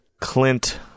Clint